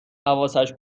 حواسش